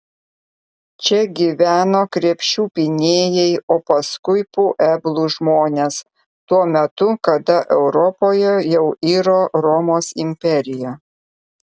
čia gyveno krepšių pynėjai o paskui pueblų žmonės tuo metu kada europoje jau iro romos imperija